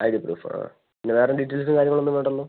I D proof ആ പിന്നെ വേറെ ഡീറ്റെയിൽസ് കാര്യങ്ങളൊന്നും വേണ്ടല്ലോ